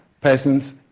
persons